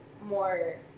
more